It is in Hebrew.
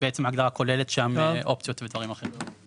בעצם ההגדרה כוללת שם אופציות ודברים אחרים.